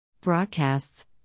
Broadcasts